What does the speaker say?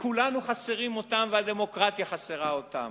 וכולנו חסרים אותם, והדמוקרטיה חסרה אותם.